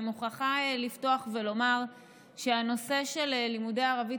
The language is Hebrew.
אני מוכרחה לפתוח ולומר שהנושא של לימודי ערבית,